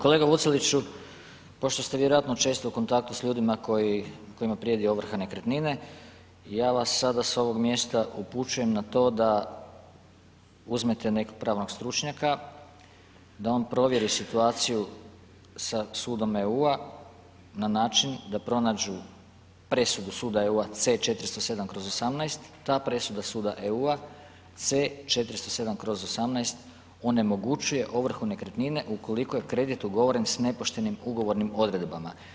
Kolega Vuceliću, pošto ste vjerojatno često u kontaktu s ljudima kojima prijeti ovrha nekretnine, ja vas sada s ovog mjesta upućujem na to da uzmete nekog pravnog stručnjaka da on provjeri situaciju sa sudom EU-a na način da pronađu presudu suda EU-a C-407/18, ta presuda suda EU-a C-407/18 onemogućuje ovrhu nekretnine ukoliko je kredit ugovoren s nepoštenim ugovornim odredbama.